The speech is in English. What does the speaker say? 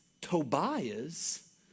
Tobias